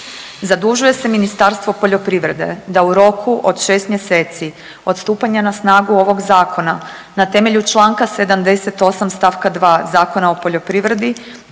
Zadužuje se Ministarstvo poljoprivrede da u roku od 6 mjeseci od stupanja na snagu ovog zakona na temelju članka 78. stavka 2. Zakona o poljoprivredi